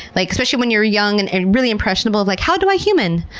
like especially when you're young and and really impressionable. like, how do i human?